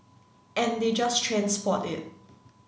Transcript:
and they just transport it